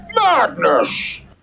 madness